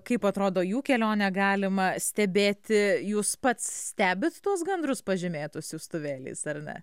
kaip atrodo jų kelionė galima stebėti jūs pats stebit tuos gandrus pažymėtus siųstuvėliais ar ne